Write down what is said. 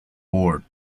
board